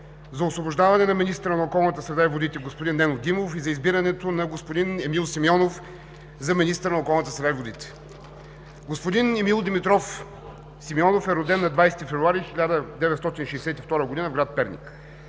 за освобождаване на министъра на околната среда и водите господин Нено Димов и за избирането на господин Емил Симеонов за министър на околната среда и водите. Господин Емил Димитров Симеонов е роден на 20 февруари 1962 г. в град Перник.